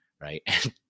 right